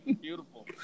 Beautiful